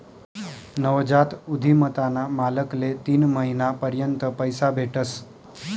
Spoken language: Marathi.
नवजात उधिमताना मालकले तीन महिना पर्यंत पैसा भेटस